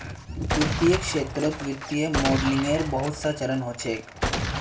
वित्तीय क्षेत्रत वित्तीय मॉडलिंगेर बहुत स चरण ह छेक